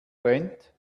brennt